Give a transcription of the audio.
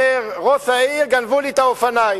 אומר: ראש העיר, גנבו לי את האופניים,